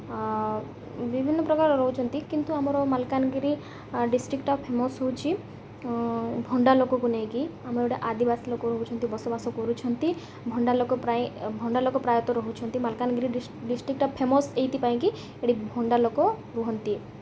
ବିଭିନ୍ନପ୍ରକାର ରହୁଛନ୍ତି କିନ୍ତୁ ଆମର ମାଲକାନଗିରି ଡିଷ୍ଟ୍ରିକ୍ଟଟା ଫେମସ୍ ହେଉଛି ଭଣ୍ଡା ଲୋକକୁ ନେଇକି ଆମର ଗୋଟେ ଆଦିବାସୀ ଲୋକ ରହୁଛନ୍ତି ବସବାସ କରୁଛନ୍ତି ଭଣ୍ଡା ଲୋକ ପ୍ରାୟ ଭଣ୍ଡା ଲୋକ ପ୍ରାୟତଃ ରହୁଛନ୍ତି ମାଲକାନଗିରି ଡିଷ୍ଟ୍ରିକ୍ଟା ଫେମସ୍ ଏଥିପାଇଁକି ଏଇଠି ଭଣ୍ଡା ଲୋକ ରୁହନ୍ତି